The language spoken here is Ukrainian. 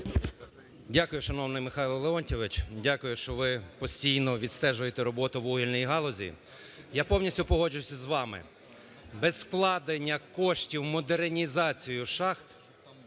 Дякую, шановний Михайло Леонтійович, дякую, що ви постійно відстежуєте роботу вугільної галузі. Я повністю погоджуюся з вами, без вкладення коштів в модернізацію шахт,